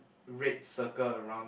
red circle around